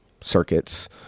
circuits